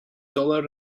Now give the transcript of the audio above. dollar